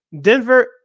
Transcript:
Denver